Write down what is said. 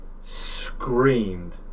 screamed